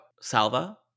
Salva